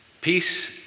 Peace